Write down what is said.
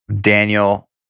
Daniel